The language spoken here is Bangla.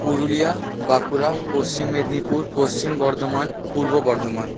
পুরুলিয়া বাঁকুড়া পশ্চিম মেদিনীপুর পশ্চিম বর্ধমান পূর্ব বর্ধমান